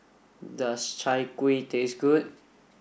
does Chai Kueh taste good